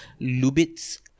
Lubitz